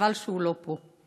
חבל שהוא לא פה.